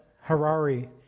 Harari